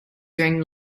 during